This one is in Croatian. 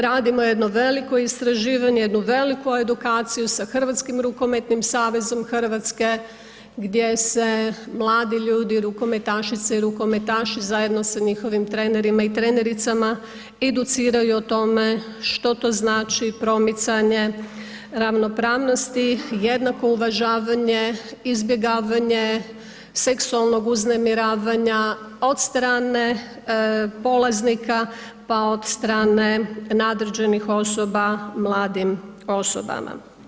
Radimo jedno veliko istraživanje, jednu veliku edukaciju sa Hrvatskim rukometnim savezom Hrvatske gdje se mladi ljudi, rukometašice i rukometaši zajedno sa njihovim trenerima i trenericama educiraju o tome što to znači promicanje ravnopravnosti, jednako uvažavanje, izbjegavanje seksualnog uznemiravanja od strane polaznika, pa od strane nadređenih osoba mladim osobama.